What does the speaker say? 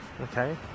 okay